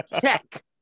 Check